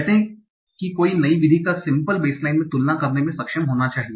कहते हैं कि कोई नई विधि को सिम्पल बेसलाइन से तुलना करने में सक्षम होना चाहिए